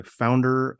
founder